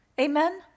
Amen